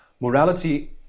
morality